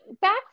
back